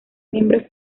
miembros